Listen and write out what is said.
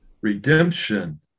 redemption